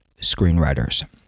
screenwriters